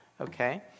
Okay